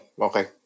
okay